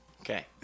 Okay